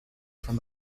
from